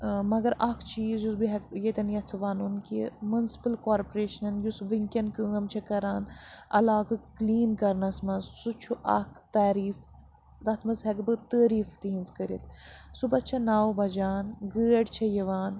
مگر اَکھ چیٖز یُس بہٕ ہٮ۪کہٕ ییٚتٮ۪ن یَژھٕ وَنُن کہِ مُنسِپٕل کارپوریشَن یُس وٕنکٮ۪ن کٲم چھِ کَران عَلاقہٕ کٕلیٖن کَرنَس منٛز سُہ چھُ اَکھ تعریٖف تَتھ منٛز ہٮ۪کہٕ بہٕ تٲریٖف تِہِنٛز کٔرِتھ صُبحس چھےٚ نَو بَجان گٲڑۍ چھےٚ یِوان